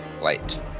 Light